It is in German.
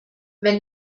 wenn